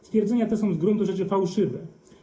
Stwierdzenia te są z gruntu rzeczy fałszywe.